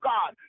God